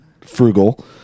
frugal